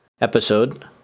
episode